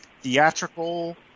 theatrical